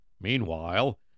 Meanwhile